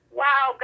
wow